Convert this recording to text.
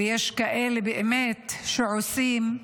ויש כאלה שבאמת עושים,